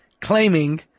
claiming